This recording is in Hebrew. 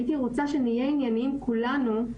הייתי רוצה שנהיה ענייניים כולנו,